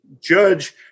judge